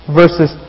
verses